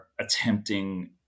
attempting